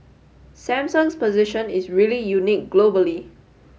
Samsung's position is really unique globally